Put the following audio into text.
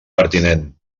pertinent